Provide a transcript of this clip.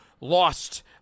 lost